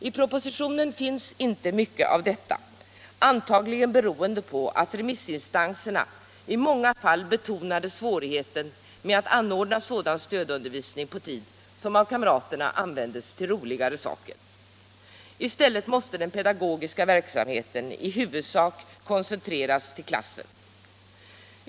I propositionen finns inte mycket av detta, antagligen beroende på att remissinstanserna i många fall betonade svårigheten med att anordna sådan stödundervisning på tid som av kamraterna användes till roligare saker. I stället måste den pedagogiska verksamheten i huvudsak koncentreras till klassen.